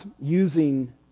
using